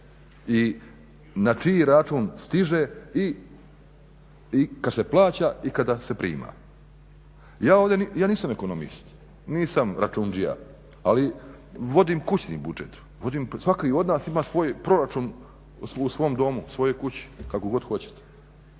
i na čiji račun stiže i kad se plaća i kada se prima. Ja nisam ekonomist, nisam računđija, ali vodim kućni budžet, svaki od nas ima svoj proračun u svom domu, u svojoj kući, kako god hoćete.